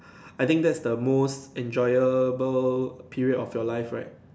I think that's the most enjoyable period of your life right